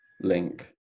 link